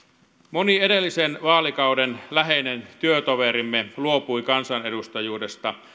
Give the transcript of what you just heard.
moni edellisen vaalikauden läheinen työtoverimme luopui kansanedustajuudesta